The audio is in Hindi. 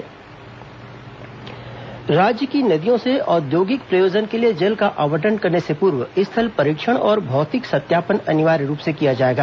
मुख्य सचिव बैठक राज्य की नदियों से औद्योगिक प्रयोजन के लिए जल का आवंटन करने से पूर्व स्थल परीक्षण और भौतिक सत्यापन अनिवार्य रूप से किया जाएगा